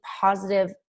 positive